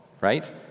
right